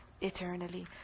eternally